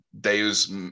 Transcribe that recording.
Deus